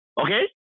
Okay